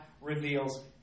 reveals